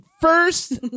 first